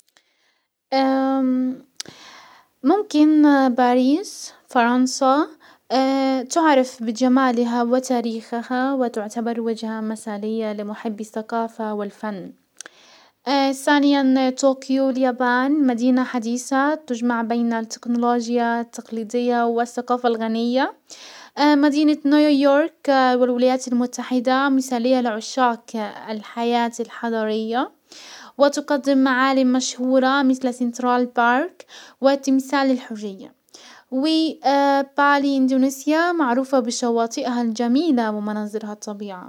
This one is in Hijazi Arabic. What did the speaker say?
ممكن باريس فرنسا تعرف بجمالها وتاريخها وتعتبر وجه مسالية لمحبي الثقافة والفن. سانيا طوكيو اليابان مدينة حديسة يجمع بين التكنولوجيا التقليدية والسقافة الغنية. مدينة نيويورك والولايات المتحدة مثالية لعشاق الحياة الحضارية وتقدم معالم مشهورة مثل سنترال بارك وتمثال الحرية و بالي اندونيسيا معروفة بشواطئها الجميلة ومناظرها الطبيعة.